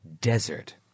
desert